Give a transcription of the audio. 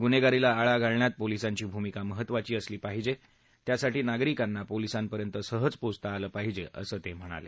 गुन्हेगारीला आळा घालण्यात पोलिसांची भूमिका महत्त्वाची असली पाहिजे त्यासाठी नागरिकांना पोलिसांपर्यंत सहज पोचता आलं पाहिजे असं ते म्हणाले